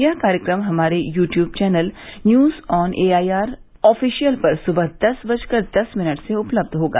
यह कार्यक्रम हमारे YouTube channel news on A I R official पर सुबह दस बजकर दस मिनट से उपलब्ध होगा